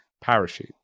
parachute